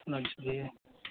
ᱚᱱᱟ ᱵᱤᱥᱚᱭ ᱨᱮ